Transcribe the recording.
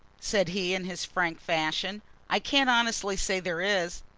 said he, in his frank fashion i can't honestly say there is.